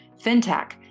FinTech